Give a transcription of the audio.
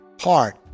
heart